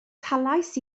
talais